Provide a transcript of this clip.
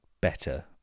better